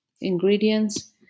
ingredients